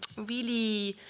really